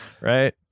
Right